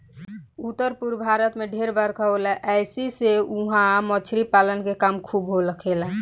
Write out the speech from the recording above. उत्तर पूरब भारत में ढेर बरखा होला ऐसी से उहा मछली पालन के काम खूब होखेला